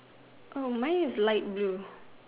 Oh mine is light blue